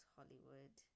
Hollywood